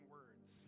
words